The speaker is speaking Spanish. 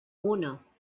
uno